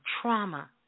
trauma